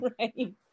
right